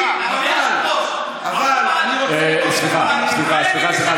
ואני לא רוצה לומר דברים אישיים,